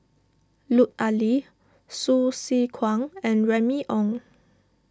Lut Ali Hsu Tse Kwang and Remy Ong